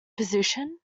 position